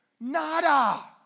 Nada